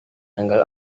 tanggal